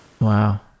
Wow